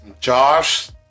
Josh